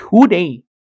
today